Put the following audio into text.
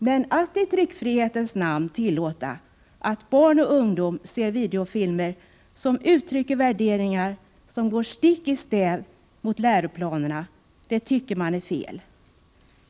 Men att i tryckfrihetens namn tillåta att barn och ungdomar ser videofilmer som uttrycker värderingar som går stick i stäv mot läroplanerna tycker man är fel.